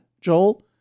Joel